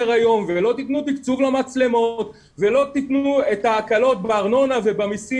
היום ולא תתנו תקצוב למצלמות ולא תתנו את ההקלות בארנונה ובמסים